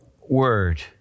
word